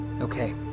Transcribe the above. Okay